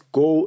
go